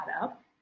up